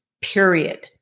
period